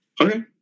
Okay